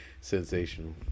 Sensational